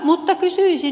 mutta kysyisin